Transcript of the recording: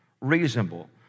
reasonable